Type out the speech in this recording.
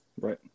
right